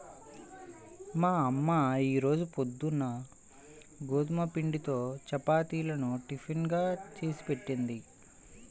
మా అమ్మ ఈ రోజు పొద్దున్న గోధుమ పిండితో చపాతీలను టిఫిన్ గా చేసిపెట్టింది